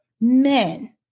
men